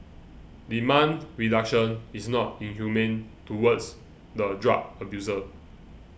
demand reduction is not inhumane towards the drug abuser